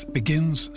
begins